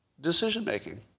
Decision-making